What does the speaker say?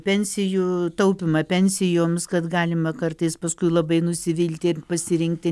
pensijų taupymą pensijoms kad galima kartais paskui labai nusivilti ir pasirinkti